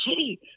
shitty